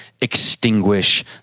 extinguish